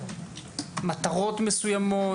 מטרות מסוימות,